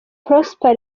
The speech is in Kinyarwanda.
prosper